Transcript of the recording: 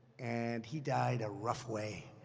and he died a rough way.